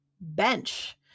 bench